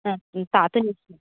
হ্যাঁ তা তো নিশ্চয়ই